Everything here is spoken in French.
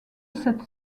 cette